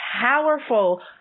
powerful